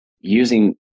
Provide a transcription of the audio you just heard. using